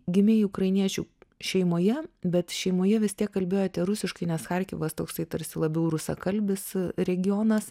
gimei ukrainiečių šeimoje bet šeimoje vis tiek kalbėjote rusiškai ne charkivas toksai tarsi labiau rusakalbis regionas